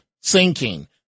sinking